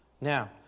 Now